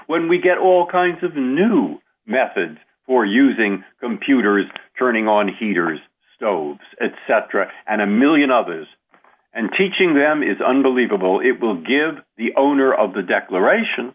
when we get all kinds of a new method for using computers turning on heaters stoves etc and a one million others and teaching them is unbelievable it will give the owner of the declaration